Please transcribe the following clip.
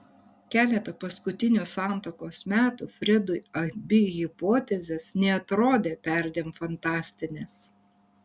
keletą paskutinių santuokos metų fredui abi hipotezės nebeatrodė perdėm fantastinės